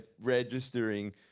registering